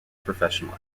professional